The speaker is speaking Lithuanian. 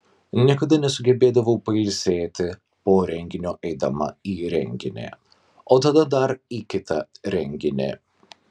niekada nesugebėdavau pailsėti po renginio eidama į renginį o tada dar į kitą renginį